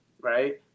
Right